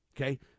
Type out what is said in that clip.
Okay